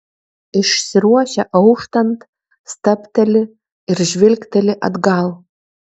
išsiruošia auštant stabteli ir žvilgteli atgal